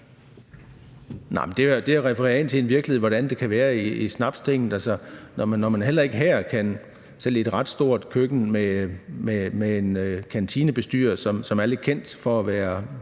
Nej, det refererer til en virkelighed, altså hvordan det er i Snapstinget. Altså, når man ikke engang her – selv i et ret stort køkken med en kantinebestyrer, som er lidt kendt for at være